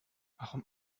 warum